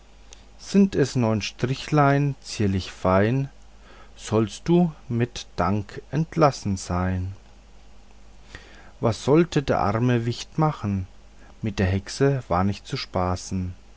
sind es neun strichlein zierlich fein sollst du mit dank entlassen sein was sollte der arme wicht machen mit der hexe war nicht zu spaßen